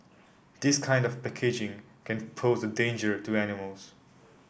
this kind of packaging can pose a danger to animals